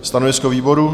Stanovisko výboru?